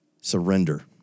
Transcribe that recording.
Surrender